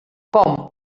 com